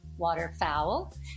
Waterfowl